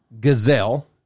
Gazelle